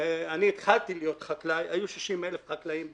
כשאני התחלתי להיות חקלאי היו 60,000 חקלאים בערך.